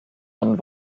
und